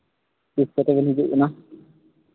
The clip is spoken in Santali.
ᱛᱤᱥ ᱠᱚᱛᱮᱵᱤᱱ ᱦᱤᱡᱩᱜ ᱠᱟᱱᱟ